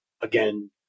again